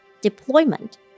deployment